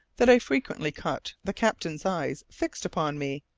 that i frequently caught the captain's eyes fixed upon me,